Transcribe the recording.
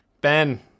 Ben